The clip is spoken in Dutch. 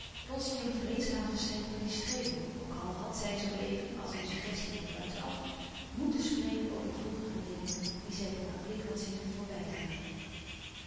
plotseling vreedzaam gestemd door die streeling ook al had zij zoo even als in suggestie van buiten-af moèten spreken over vroegere dingen die zij voor haar blik had zien